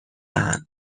اند